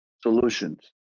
solutions